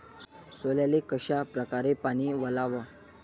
सोल्याले कशा परकारे पानी वलाव?